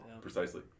precisely